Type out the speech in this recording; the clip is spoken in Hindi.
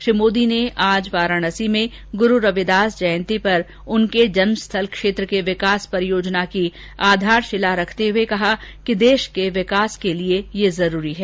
श्री मोदी ने आज वाराणसी में गुरू रविदास जयंती पर उनके जन्म स्थल क्षेत्र के विकास परियोजना की आधार शिला रखते हुए कहा कि देश के विकास के लिए ये जरूरी है